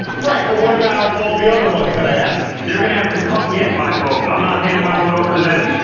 right. but what about all the other ones that i ask. you're going to have to come get my vote. i'm not handing my vote over to them.